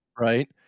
Right